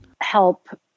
help